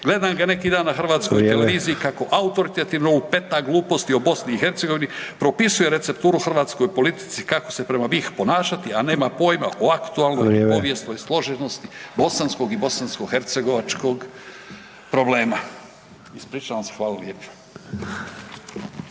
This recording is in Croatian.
Gledam ga neki dan na HRT-u kako autoritativno lupeta gluposti o BiH, propisuje recepturu hrvatskoj politici kako se prema BiH ponašati, … /Upadica Sanader: Vrijeme./ … a nema pojma o aktualnoj povijesnoj složenosti bosanskog i bosanskohercegovačkog problema. Ispričavam se. Hvala lijepa.